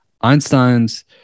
Einstein's